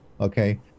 Okay